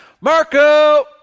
Marco